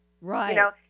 Right